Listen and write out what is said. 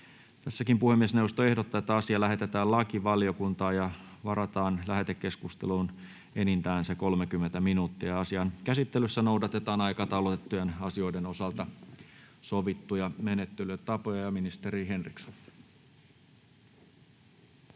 asia. Puhemiesneuvosto ehdottaa, että asia lähetetään lakivaliokuntaan. Lähetekeskusteluun varataan enintään 30 minuuttia. Asian käsittelyssä noudatetaan aikataulutettujen asioiden osalta sovittuja menettelytapoja. — Ministeri Henriksson.